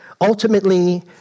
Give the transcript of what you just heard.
Ultimately